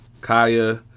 Kaya